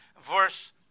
verse